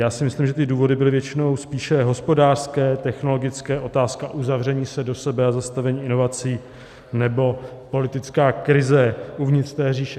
Já si myslím, že ty důvody byly většinou spíše hospodářské, technologické, otázka uzavření se do sebe a zastavení inovací nebo politická krize uvnitř té říše.